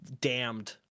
damned